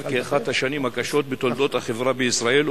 כאחת השנים הקשות בתולדות החברה בישראל,